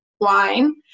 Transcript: wine